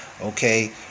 Okay